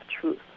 truth